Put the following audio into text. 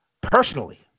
Personally